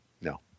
No